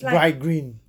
bright green